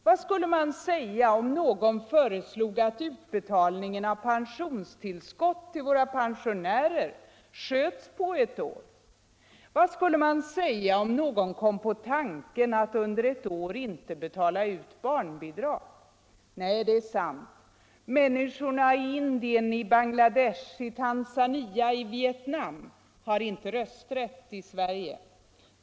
Vad skulle man säga om någon föreslog att utbetalningen av pensionstillskott till våra pensionärer sköts på ett år? Vad skulle man säga om någon kom på tanken att under ett år inte betala utlovade barnbidrag? Nej, det är sant, människorna i Indien, i Bangladesh, i Tanzania, i Vietnam har inte rösträtt i Sverige.